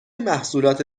محصولات